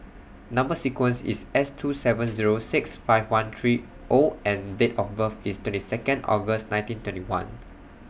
Number sequence IS S two seven Zero six five one three O and Date of birth IS twenty Second August nineteen twenty one